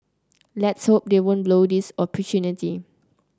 let's hope they won't blow this